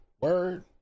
Word